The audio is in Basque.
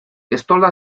estolda